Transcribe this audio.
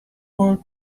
word